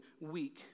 weak